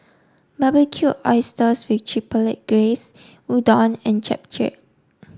Barbecued Oysters with Chipotle Glaze Udon and Japchae